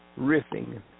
Riffing